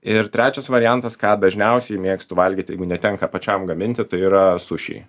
ir trečias variantas ką dažniausiai mėgstu valgyt tai jeigu netenka pačiam gaminti tai yra sušiai